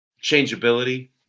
changeability